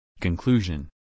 Conclusion